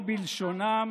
או בלשונם,